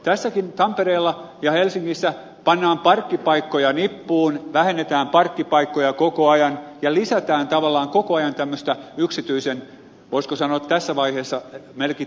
tässäkin tampereella ja helsingissä pannaan parkkipaikkoja nippuun vähennetään parkkipaikkoja koko ajan ja lisätään tavallaan koko ajan tämmöistä yksityisen voisiko sanoa tässä vaiheessa melkein terroris terrori